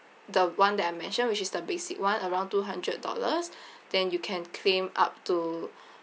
the [one] that I mentioned which is the basic [one] around two hundred dollars then you can claim up to